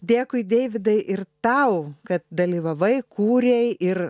dėkui deividai ir tau kad dalyvavai kūrei ir